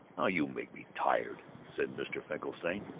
oh, you make me tired! said mr. finkelstein.